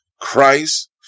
Christ